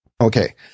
Okay